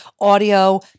audio